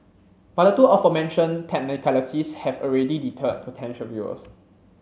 but the two aforementioned technicalities have already deterred potential viewers